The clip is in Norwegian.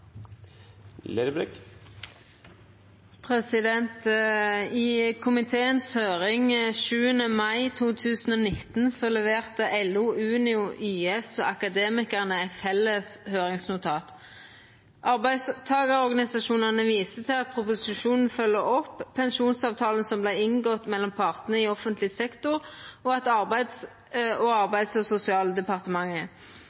I komiteen si høyring 7. mai 2019 leverte LO, Unio, YS og Akademikerne eit felles høyringsnotat. Arbeidstakarorganisasjonane viser til at proposisjonen følgjer opp pensjonsavtalen som vart inngått mellom partane i offentleg sektor og Arbeids- og